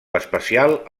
especial